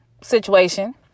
situation